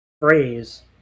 phrase